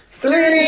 three